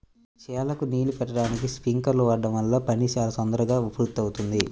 చేలకు నీళ్ళు బెట్టడానికి స్పింకర్లను వాడడం వల్ల పని చాలా తొందరగా పూర్తవుద్ది